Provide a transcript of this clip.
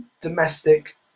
domestic